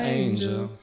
angel